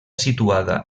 situada